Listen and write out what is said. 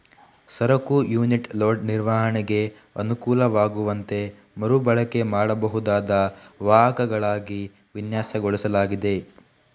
ಸರಕುಗಳ unit load ನಿರ್ವಹಣೆಗೆ ಅನುಕೂಲವಾಗುವಂತೆ ಮರು ಬಳಕೆ ಮಾಡಬಹುದಾದ ವಾಹಕಗಳಾಗಿ ವಿನ್ಯಾಸಗೊಳಿಸಲಾಗಿದೆ